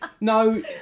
No